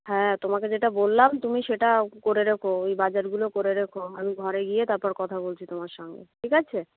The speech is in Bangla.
হ্যাঁ তোমাকে যেটা বললাম তুমি সেটা করে রেখো ওই বাজারগুলো করে রেখো আমি ঘরে গিয়ে তারপর কথা বলছি তোমার সঙ্গে ঠিক আছে